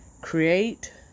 Create